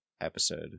episode